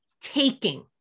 taking